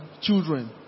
children